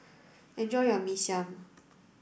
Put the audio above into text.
enjoy your Mee Siam